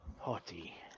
party